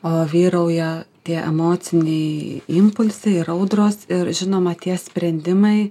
o vyrauja tie emociniai impulsai ir audros ir žinoma tie sprendimai